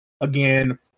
again